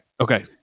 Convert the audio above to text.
Okay